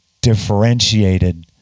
differentiated